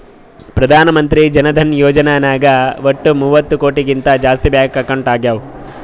ಪ್ರಧಾನ್ ಮಂತ್ರಿ ಜನ ಧನ ಯೋಜನೆ ನಾಗ್ ವಟ್ ಮೂವತ್ತ ಕೋಟಿಗಿಂತ ಜಾಸ್ತಿ ಬ್ಯಾಂಕ್ ಅಕೌಂಟ್ ಆಗ್ಯಾವ